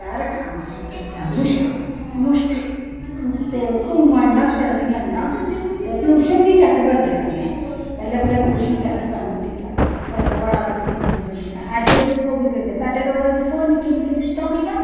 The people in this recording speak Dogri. पैर रक्खना ते मुश्क मुश्क ते धुआं इन्ना छडदियां छडदियां इन्ना पलूशन नेईं चैक करदे पैहलें पैहलें पालूशन चैक करन ते बड़ी गदियां गड्डियां आटो दिक्खो गंदे मेटाडोरा दिक्खो निक्की निक्की सीटां होंदियां